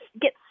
get